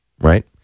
right